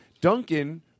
Duncan